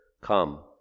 Come